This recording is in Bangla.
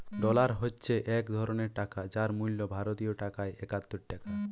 ডলার হচ্ছে এক ধরণের টাকা যার মূল্য ভারতীয় টাকায় একাত্তর টাকা